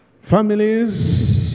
Families